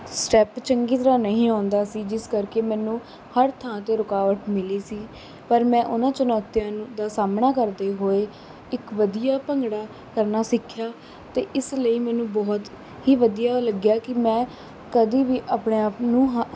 step ਚੰਗੀ ਤਰ੍ਹਾਂ ਨਹੀਂ ਆਉਂਦਾ ਸੀ ਜਿਸ ਕਰਕੇ ਮੈਨੂੰ ਹਰ ਥਾਂ 'ਤੇ ਰੁਕਾਵਟ ਮਿਲੀ ਸੀ ਪਰ ਮੈਂ ਉਹਨਾਂ ਚੁਣੌਤੀਆਂ ਨੂੰ ਦਾ ਸਾਹਮਣਾ ਕਰਦੇ ਹੋਏ ਇੱਕ ਵਧੀਆ ਭੰਗੜਾ ਕਰਨਾ ਸਿੱਖਿਆ ਅਤੇ ਇਸ ਲਈ ਮੈਨੂੰ ਬਹੁਤ ਹੀ ਵਧੀਆ ਲੱਗਿਆ ਕਿ ਮੈਂ ਕਦੀ ਵੀ ਆਪਣੇ ਆਪ ਨੂੰ ਹਾ